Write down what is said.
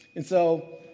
and so,